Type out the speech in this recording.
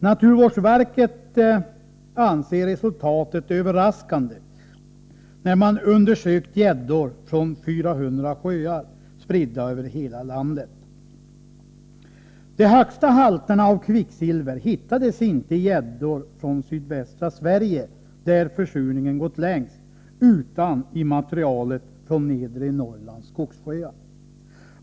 Naturvårdsverket anser resultatet överraskande, när man undersökt gäddor från 400 sjöar, spridda över hela landet, De högsta halterna av kvicksilver hittades inte i gäddor från sydvästra Sverige, där försurningen gått längst, utan i materialet från nedre Norrlands skogssjöar.